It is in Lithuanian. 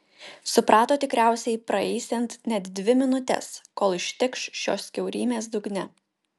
suprato tikriausiai praeisiant net dvi minutes kol ištikš šios kiaurymės dugne